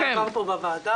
זה עבר פה בוועדה.